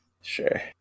sure